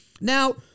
Now